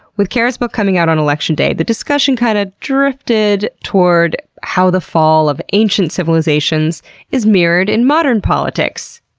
with kara's book coming out on election day, the discussion kinda kind of drifted toward how the fall of ancient civilizations is mirrored in modern politics!